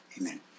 Amen